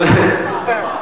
אבל עבר כבר.